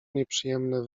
nieprzyjemne